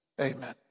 amen